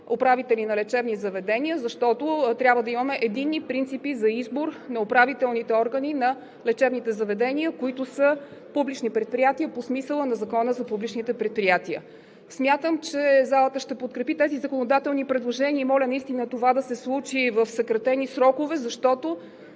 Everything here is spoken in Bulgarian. управители на лечебни заведения, защото трябва да имаме единни принципи за избор на управителните органи на лечебните заведения, които са публични предприятия по смисъла на Закона за публичните предприятия. Смятам, че залата ще подкрепи тези законодателни предложения и моля това да се случи в съкратени срокове, защото